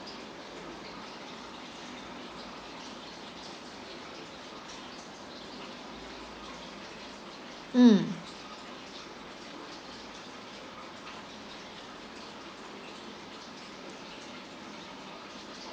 mm